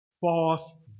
false